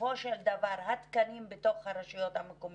בסופו של דבר התקנים בתוך הרשויות המקומיות,